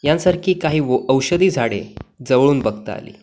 यांसारखी काही वो औषधी झाडे जवळून बघता आली